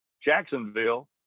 Jacksonville